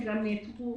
שגם נעתרו,